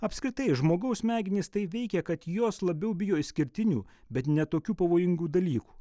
apskritai žmogaus smegenys tai veikia kad jos labiau bijo išskirtinių bet ne tokių pavojingų dalykų